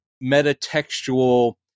meta-textual